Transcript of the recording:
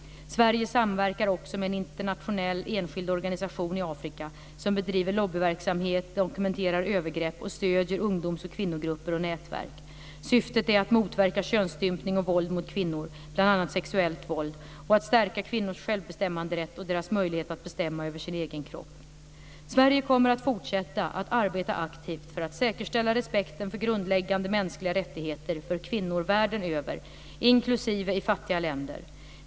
Sverige samverkar också med en internationell enskild organisation i Afrika som bedriver lobbyverksamhet, dokumenterar övergrepp och stöder ungdoms och kvinnogrupper och nätverk. Syftet är att motverka könsstympning och våld mot kvinnor, bl.a. sexuellt våld, och att stärka kvinnors självbestämmanderätt och deras möjlighet att bestämma över sin egen kropp. Sverige kommer att fortsätta att arbeta aktivt för att säkerställa respekten för grundläggande mänskliga rättigheter för kvinnor världen över, inklusive i fattiga länder.